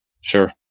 Sure